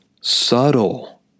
subtle